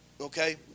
Okay